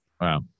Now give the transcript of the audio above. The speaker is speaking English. Wow